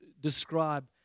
describe